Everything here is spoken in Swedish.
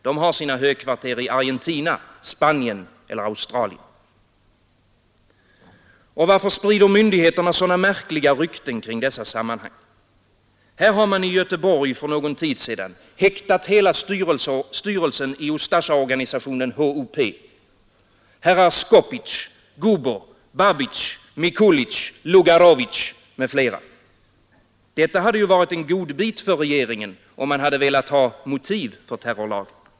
De har sina högkvarter i Argentina, Spanien eller Australien. Och varför sprider myndigheterna sådana märkliga rykten kring dessa sammanhang? Här har man i Göteborg för någon tid sedan häktat hela styrelsen i Ustasja-organisationen HOP — herrar Skopic, Gubo, Babic, Mikulic, Lugarovic m.fl. Detta hade ju varit en godbit för regeringen om man velat ha motiv för terrorlagen.